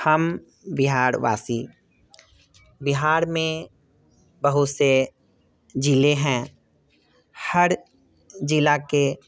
हम बिहारवासी बिहार में बहुत से ज़िले हैं हर ज़िले के